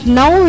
now